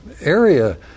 area